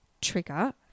trigger